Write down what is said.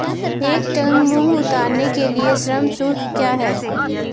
एक टन मूंग उतारने के लिए श्रम शुल्क क्या है?